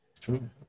True